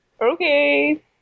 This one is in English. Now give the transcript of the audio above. Okay